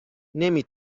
نمی